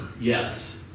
yes